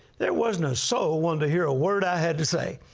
there wasn't a soul wanted to hear a word i had to say.